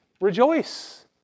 rejoice